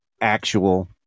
Actual